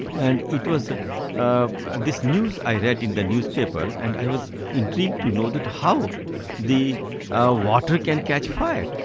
and it was and this news i read in the newspaper, and i was intrigued to know that how the ah water can catch fire.